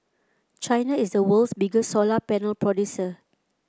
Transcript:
China is the world's biggest solar panel producer